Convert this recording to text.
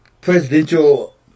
presidential